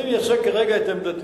אני מייצג כרגע את עמדתי,